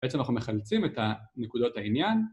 ‫בעצם אנחנו מחלצים את ‫ה... נקודות העניין.